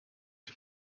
ich